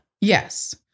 yes